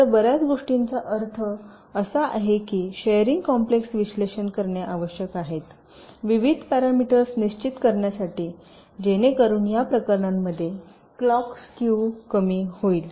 तर बर्याच गोष्टींचा अर्थ असा आहे की शेरिंग कॉम्प्लेक्स विश्लेषण करणे आवश्यक आहे विविध पॅरामीटर्स निश्चित करण्यासाठी जेणेकरून या प्रकरणांमध्ये क्लॉक स्क्यू कमी होईल